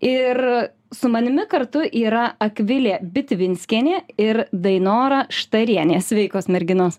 ir su manimi kartu yra akvilė bitvinskienė ir dainora štarienė sveikos merginos